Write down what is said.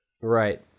Right